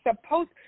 supposed